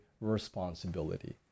responsibility